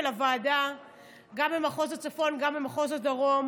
הוועדה גם במחוז הצפון וגם במחוז הדרום,